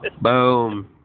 Boom